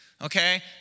okay